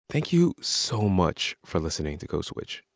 thank you so much for listening to code switch.